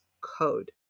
code